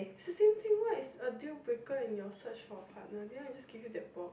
is the same thing what is a deal breaker and your search for partner this one is just give you that bored